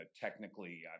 technically